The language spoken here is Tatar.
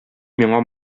миңа